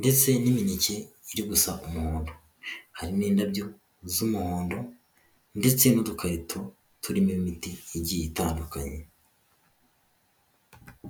ndetse n'imineke, iri gusa umondo. Hari n'indabyo z'umuhondo ndetse n'udukarito turimo imiti igiye itandukanye.